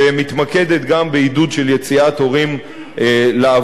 ומתמקדת גם בעידוד של יציאת הורים לעבודה,